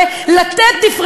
אני רוצה באמת להגיד לך: